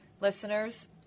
Listeners